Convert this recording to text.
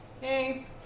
Hey